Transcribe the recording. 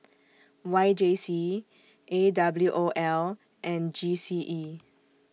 Y J C A W O L and G C E